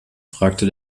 fragte